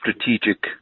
strategic